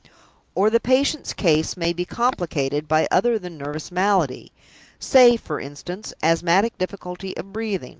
or the patient's case may be complicated by other than nervous malady say, for instance, asthmatic difficulty of breathing.